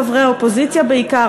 חברי האופוזיציה בעיקר,